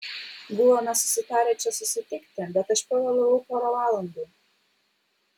buvome susitarę čia susitikti bet aš pavėlavau pora valandų